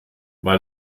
weil